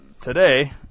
Today